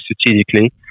strategically